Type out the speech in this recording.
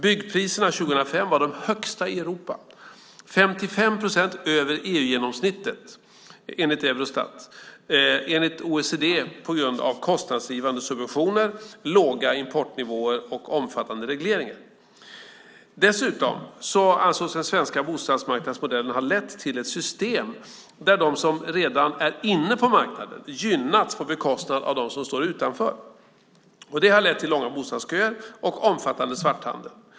Byggpriserna 2005 var de högsta i Europa, 55 procent över EU-genomsnittet, enligt Eurostat - enligt OECD på grund av kostnadsdrivande subventioner, låga importnivåer och omfattande regleringar. Dessutom ansågs den svenska bostadsmarknadsmodellen ha lett till ett system där de som redan är inne på marknaden gynnas på bekostnad av dem som står utanför. Det har lett till långa bostadsköer och omfattande svarthandel.